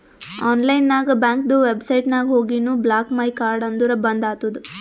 online ನಾಗ್ ಬ್ಯಾಂಕ್ದು website ನಾಗ್ ಹೋಗಿನು ಬ್ಲಾಕ್ ಮೈ ಕಾರ್ಡ್ ಅಂದುರ್ ಬಂದ್ ಆತುದ